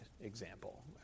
example